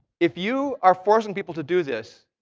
if you are forcing people to do this,